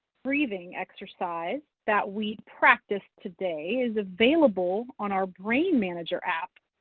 breathing exercise that we practiced today is available on our brain manager app.